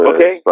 Okay